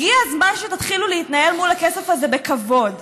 הגיע הזמן שתתחילו להתנהל מול הכסף הזה בכבוד.